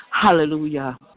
Hallelujah